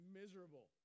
miserable